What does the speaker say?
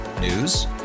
News